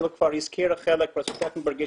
הילה הזכירה חלק, ופרופ' טרכטנברג,